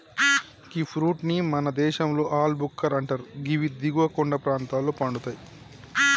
గీ fruit ని మన దేశంలో ఆల్ భుక్కర్ అంటరు గివి దిగువ కొండ ప్రాంతంలో పండుతయి